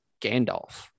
Gandalf